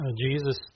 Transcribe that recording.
Jesus